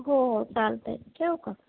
हो हो चालतंय ठेवू का